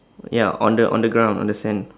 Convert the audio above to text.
ya on the on the ground on the sand